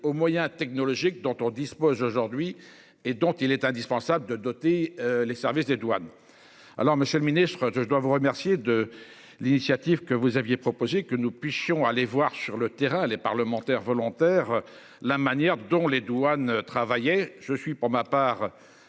aux moyens technologiques dont on dispose aujourd'hui et dont il est indispensable de doter les services des douanes. Alors Monsieur le Ministre, je dois vous remercier de l'initiative que vous aviez proposé que nous puissions aller voir sur le terrain les parlementaires volontaire. La manière dont les douanes travailler je suis pour ma part